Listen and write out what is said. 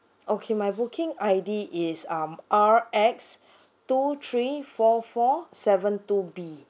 okay my booking I_D is um R X two three four four seven two B